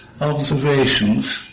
observations